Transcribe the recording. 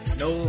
no